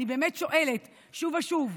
אני באמת שואלת שוב ושוב.